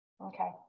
okay